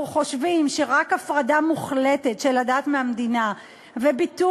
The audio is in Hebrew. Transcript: אנחנו חושבים שרק הפרדה מוחלטת של הדת מהמדינה וביטול